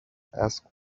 asked